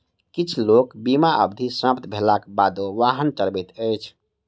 किछ लोक बीमा अवधि समाप्त भेलाक बादो वाहन चलबैत अछि